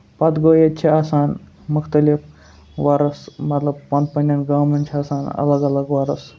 پَتہٕ گوٚو ییٚتہِ چھِ آسان مُختٔلِف وۄرُس پَنُن پَنُن گامَن چھُ آسان اَلگ الگ وۄرُس